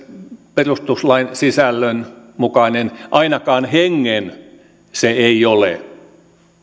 perustuslain sisällön mukainen ainakaan hengen mukainen se ei ole